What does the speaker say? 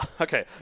Okay